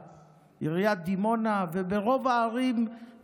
עיריית באר שבע, עיריית דימונה, וברוב הערים.